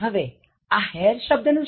હવે આ hair શબ્દ નું શું